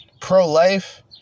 Pro-life